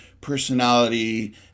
personality